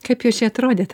kaip jūs čia atrodėt